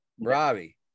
Robbie